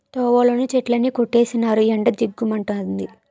తోవలోని చెట్లన్నీ కొట్టీసినారు ఎండ జిగ్గు మంతంది